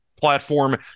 Platform